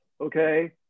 okay